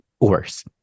worse (